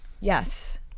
yes